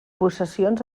possessions